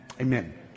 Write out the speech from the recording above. Amen